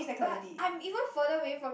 but I'm even further away from